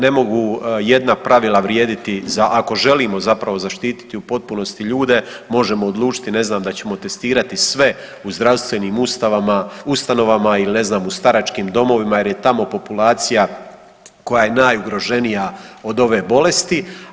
Ne mogu jedna pravila vrijediti ako želimo zapravo zaštititi u potpunosti ljude možemo odlučiti ne znam da ćemo testirati sve u zdravstvenim ustanovama ili ne znam u staračkim domovima jer je tamo populacija koja je najugroženija od ove bolesti.